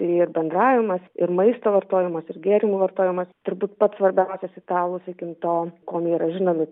ir bendravimas ir maisto vartojimas ir gėrimų vartojimas turbūt pats svarbiausias italų sakykim to kuom jie yra žinomi